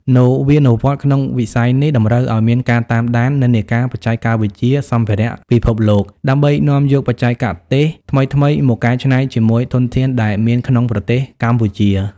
នវានុវត្តន៍ក្នុងវិស័យនេះតម្រូវឱ្យមានការតាមដាននិន្នាការបច្ចេកវិទ្យាសម្ភារៈពិភពលោក ដើម្បីនាំយកបច្ចេកទេសថ្មីៗមកកែច្នៃជាមួយធនធានដែលមានក្នុងប្រទេសកម្ពុជា។